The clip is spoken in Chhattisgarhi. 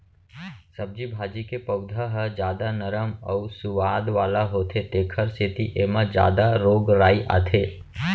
सब्जी भाजी के पउधा ह जादा नरम अउ सुवाद वाला होथे तेखर सेती एमा जादा रोग राई आथे